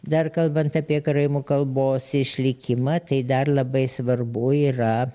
dar kalbant apie karaimų kalbos išlikimą tai dar labai svarbu yra